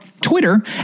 Twitter